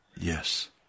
Yes